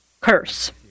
curse